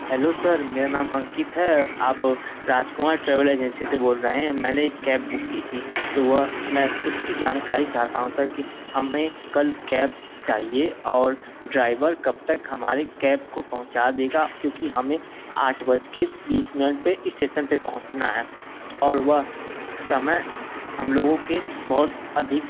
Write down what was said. hello sir मेरा नाम अंकित है आप राजकुमार ट्रेवल एजेंसी से बोल रहे हैं मैंने एक कैब बुक की थी तो वह मैं उसकी जानकारी चाहता हूँ सर की हमें कल कैब चाहिए और ड्राइवर कब तक हमारे कैब को पहुँचा देगा क्योंकि हमें आठ बज के बीस मिनट पे स्टेशन पे पहुँचना है और वह समय हम लोगों के बहुत अधिक